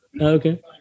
Okay